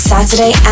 Saturday